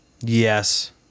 yes